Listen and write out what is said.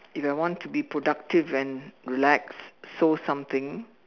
if I want to be productive and relax sew something